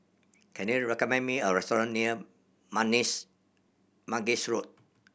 can you recommend me a restaurant near Mangis Road